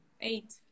Eight